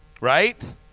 right